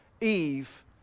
Eve